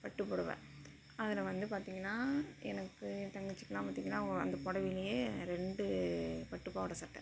பட்டுப் புடவ அதில் வந்து பார்த்திங்கன்னா எனக்கு என் தங்கச்சிக்கெலாம் பார்த்திங்கன்னா அந்த புடவைலயே ரெண்டு பட்டுப் பாவடை சட்டை